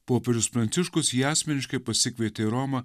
popiežius pranciškus jį asmeniškai pasikvietė į romą